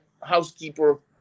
housekeeper